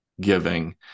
giving